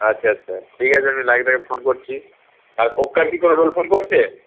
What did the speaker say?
আচ্ছা আচ্ছা ঠিক আছে আমি লাইনম্যানকে ফোন করছি রোল ফোল করছে